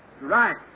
Right